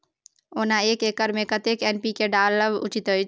ओना एक एकर मे कतेक एन.पी.के डालब उचित अछि?